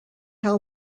held